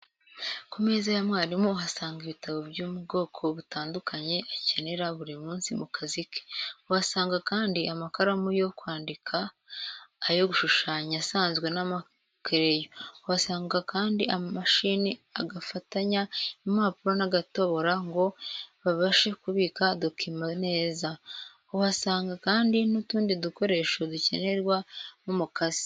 Ku meza ya mwarimu uhasanga ibitabo by'ubwoko butandukanye akenera buri munsi mu kazi ke. Uhasanga kandi amakaramu yo kwandika, ayo gushushanya asanzwe n'ama kureri, uhasanga aka mashini gafatanya impapuro n'agatobora ngo babashe kubika dokima neza. Uhasanga kandi n'utundi dukoresho dukenerwa nk'umukasi